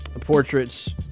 portraits